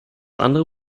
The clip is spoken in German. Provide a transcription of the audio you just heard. andere